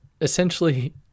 essentially